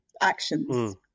actions